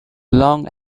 long